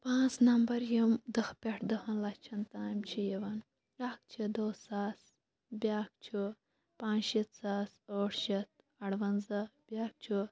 پانٛژھ نَمبَر یِم دَہہ پٹھِ دَہَن لَچھَن تام چھِ یِوان اکھ چھِ دہ ساس بیاکھ چھُ پانٛژھ شیٖتھ ساس ٲٹھ شیٚتھ اَروَنزَہ بیاکھ چھُ